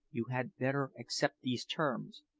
you had better accept these terms,